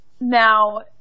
Now